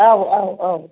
औ औ औ